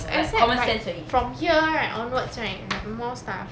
I see right from here right onwards right more stuff